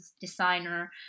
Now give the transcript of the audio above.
designer